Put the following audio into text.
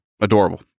adorable